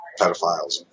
pedophiles